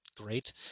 great